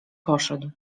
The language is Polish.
poszedł